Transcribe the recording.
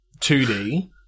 2D